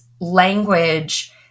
language